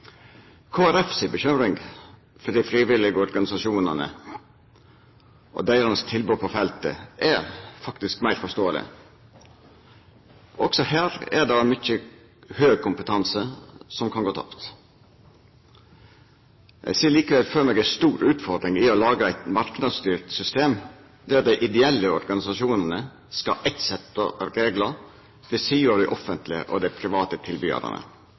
Folkeparti si bekymring for dei frivillige organisasjonane og deira tilbod på feltet er faktisk meir forståeleg. Også her er det mykje høg kompetanse som kan gå tapt. Eg ser likevel for meg ei stor utfordring i å laga eit marknadsstyrt system der dei ideelle organisasjonane skal ha eitt sett av reglar ved sida av dei offentlege og dei private